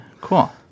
Cool